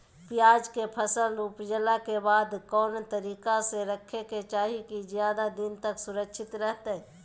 प्याज के फसल ऊपजला के बाद कौन तरीका से रखे के चाही की ज्यादा दिन तक सुरक्षित रहय?